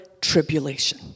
tribulation